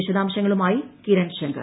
വിശദാംശങ്ങളുമായി കിരൺ ശങ്കർ